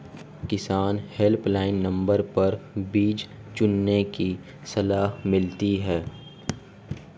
किसान helpline number पर बीज चुनने की सलाह मिलती है